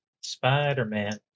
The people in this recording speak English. spider-man